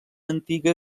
antiga